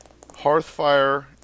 Hearthfire